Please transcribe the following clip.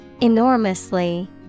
Enormously